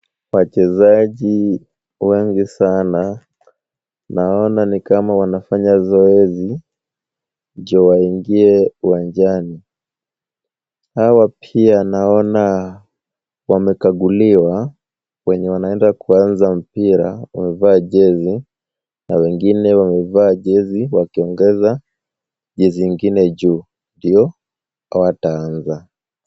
Wachezaji wengi sana. Naona ni kama wanafanya zoezi ndio waingie uwanjani. Hawa pia naona wamekaguliwa. Wenye wanaenda kuanza mpira, wamevaa jezi na wengine wamevaa jezi wakiongeza jezi nyingine juu, ndio hawataanza.